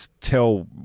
tell